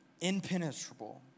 impenetrable